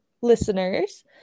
listeners